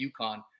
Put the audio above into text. UConn